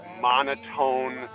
monotone